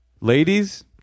ladies